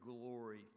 glory